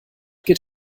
geht